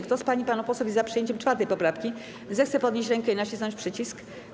Kto z pań i panów posłów jest za przyjęciem 4. poprawki, zechce podnieść rękę i nacisnąć przycisk.